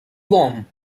warm